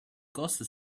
cost